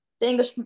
English